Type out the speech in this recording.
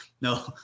no